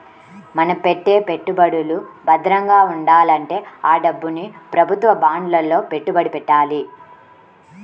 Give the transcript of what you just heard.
మన పెట్టే పెట్టుబడులు భద్రంగా ఉండాలంటే ఆ డబ్బుని ప్రభుత్వ బాండ్లలో పెట్టుబడి పెట్టాలి